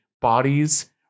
bodies